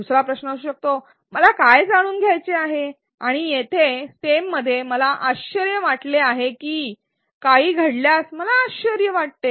दुसरा प्रश्न असू शकतो मला काय जाणून घ्यायचे आहे आणि येथे स्टेममध्ये मला आश्चर्य वाटले आहे की काही घडल्यास मला आश्चर्य वाटते